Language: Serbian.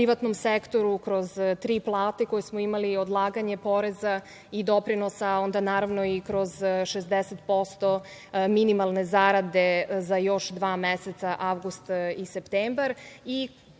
privatnom sektoru, kroz tri plate koje smo imali, odlaganje poreza i doprinosa, kroz 60% minimalne zarade za još dva meseca, avgust i septembar,